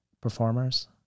performers